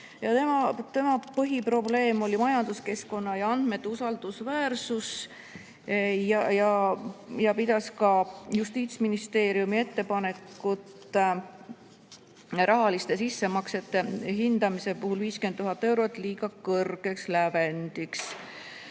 tema põhiprobleem oli majanduskeskkonna ja andmete usaldusväärsus. Ta pidas ka Justiitsministeeriumi ettepanekut rahaliste sissemaksete hindamise puhul 50 000 eurot liiga kõrgeks lävendiks.